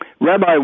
Rabbi